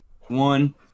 One